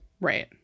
Right